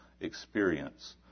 experience